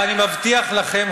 ואני מבטיח לכם,